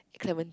Clementi